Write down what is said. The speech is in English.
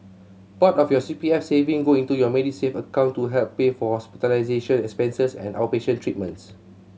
part of your C P F saving go into your Medisave account to help pay for hospitalization expenses and outpatient treatments